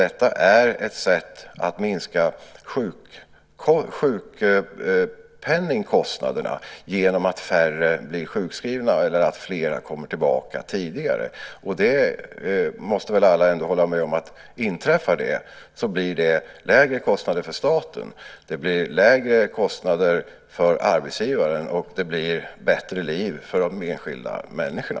Detta är ett sätt att minska sjukpenningkostnaderna genom att färre blir sjukskriva eller att fler kommer tillbaka tidigare. Alla måste väl hålla med om att om det inträffar blir det lägre kostnader för staten, lägre kostnader för arbetsgivaren och ett bättre liv för de enskilda människorna.